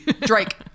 Drake